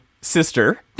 Sister